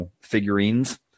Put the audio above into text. figurines